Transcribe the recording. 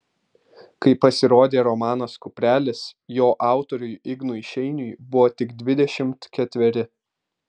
kai pasirodė romanas kuprelis jo autoriui ignui šeiniui buvo tik dvidešimt ketveri